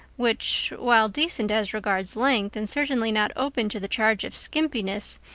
which, while decent as regards length and certainly not open to the charge of skimpiness,